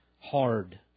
hard